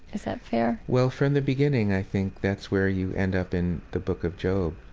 is that fair? well, from the beginning i think that's where you end up in the book of job,